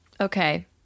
Okay